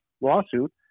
lawsuit